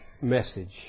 message